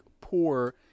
poor